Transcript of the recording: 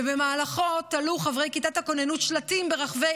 ובמהלכו תלו חברי כיתת הכוננות שלטים ברחבי